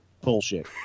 bullshit